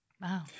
Wow